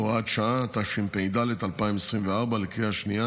הוראת שעה), התשפ"ד 2024, לקריאה שנייה